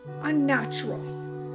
unnatural